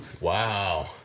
Wow